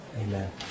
Amen